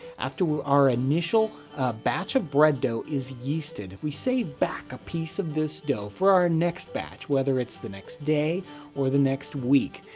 after our initial batch of bread dough is yeasted, we save back a piece of this dough for our next batch, whether it's the next day or the next week,